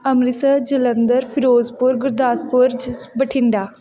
ਅੰਮ੍ਰਿਤਸਰ ਜਲੰਧਰ ਫਿਰੋਜ਼ਪੁਰ ਗੁਰਦਾਸਪੁਰ ਜ ਬਠਿੰਡਾ